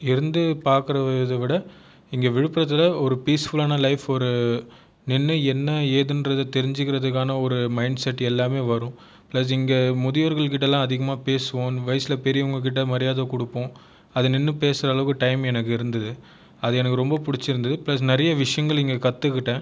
இருந்து பார்குறதை விட இங்கே விழுப்புரத்தில் ஒரு பீஸ்ஃபுல்லான லைஃப் ஒரு நின்று என்ன ஏதுங்றத தெரிஞ்சுக்கிறதுக்கான ஒரு மைண்ட் செட் எல்லாமே வரும் ப்ளஸ் இங்கே முதியோர்கள்கிட்டே எல்லாம் அதிகமாக பேசுவோம் வயசில் பெரியவங்கள் கிட்டே மரியாதை கொடுப்போம் அதை நின்று பேசுகிற அளவுக்கு டைம் எனக்கு இருந்தது அது எனக்கு ரொம்ப பிடிச்சிருந்தது ப்ளஸ் நிறைய விஷயங்கள் இங்கே கற்றுக்கிட்டேன்